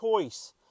choice